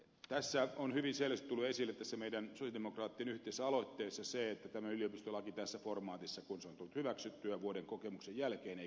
tässä on hyvin selvästi tullut esille meidän sosialidemokraattien yhteisessä aloitteessa se että tämä yliopistolaki tässä formaatissa kuin se on tullut hyväksyttyä vuoden kokemuksen jälkeen ei kelpaa